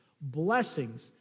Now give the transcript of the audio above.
blessings